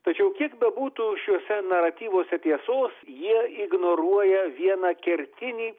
tačiau kiek bebūtų šiuose naratyvuose tiesos jie ignoruoja vieną kertinį